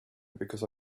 because